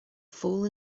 fool